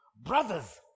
brothers